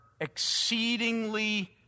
exceedingly